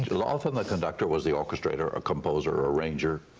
you know often the conductor was the orchestrator or composer or arranger,